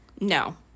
no